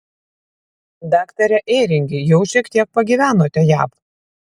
daktare ėringi jau šiek tiek pagyvenote jav